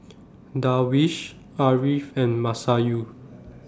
Darwish Ariff and Masayu